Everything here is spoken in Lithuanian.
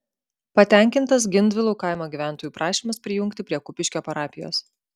patenkintas gindvilų kaimo gyventojų prašymas prijungti prie kupiškio parapijos